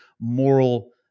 moral